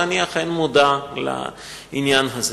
ואני אכן מודע לעניין הזה.